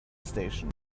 station